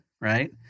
right